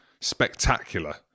spectacular